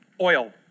Oil